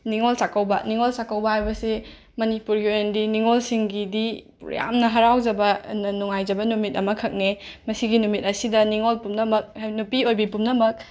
ꯅꯤꯡꯉꯣꯜ ꯆꯥꯛꯀꯧꯕ ꯅꯤꯡꯉꯣꯜ ꯆꯥꯛꯀꯧꯕ ꯍꯥꯏꯕꯁꯤ ꯃꯅꯤꯄꯨꯔꯒꯤ ꯑꯣꯏꯅꯗꯤ ꯅꯤꯡꯉꯣꯜꯁꯤꯡꯒꯤꯗꯤ ꯄꯨꯔ ꯌꯥꯝꯅ ꯍꯔꯥꯎꯖꯕ ꯅꯨꯡꯉꯥꯏꯖꯕ ꯅꯨꯃꯤꯠ ꯑꯃꯈꯛꯅꯦ ꯃꯁꯤꯒꯤ ꯅꯨꯃꯤꯠ ꯑꯁꯤꯗ ꯅꯤꯡꯉꯣꯜ ꯄꯨꯝꯅꯃꯛ ꯅꯨꯄꯤ ꯑꯣꯏꯕꯤ ꯄꯨꯝꯅꯃꯛ